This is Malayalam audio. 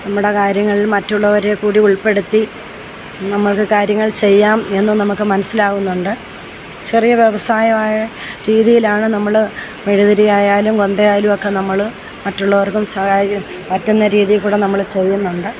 നമ്മുടെ കാര്യങ്ങളിൽ മറ്റുള്ളവരെ കൂടി ഉൾപ്പെടുത്തി നമ്മൾക്ക് കാര്യങ്ങൾ ചെയ്യാം എന്ന് നമുക്ക് മനസ്സിലാവുന്നുണ്ട് ചെറിയ വ്യവസായമായ രീതിയിലാണ് നമ്മൾ മെഴുകുതിരി ആയാലും കൊന്ത ആയാലും ഒക്കെ നമ്മൾ മറ്റുള്ളവർക്കും സഹായിക്കാൻ പറ്റുന്ന രീതിയിൽ കുടി നമ്മൾ ചെയ്യുന്നുണ്ട്